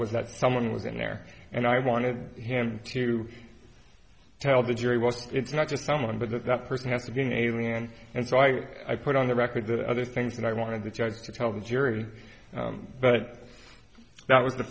was that someone was in there and i wanted him to tell the jury was it's not just someone but that that person had to be an alien and so i put on the record that other things that i wanted the judge to tell the jury but that was the